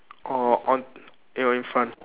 or on ya in front